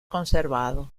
conservado